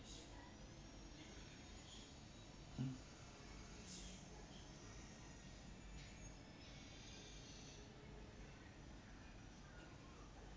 mm